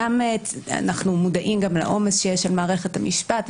ואנחנו מודעים גם לעומס שיש על מערכת המשפט,